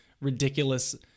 ridiculous